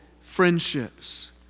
friendships